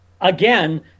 again